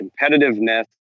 competitiveness